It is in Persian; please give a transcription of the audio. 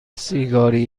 سیگاری